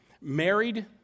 married